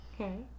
Okay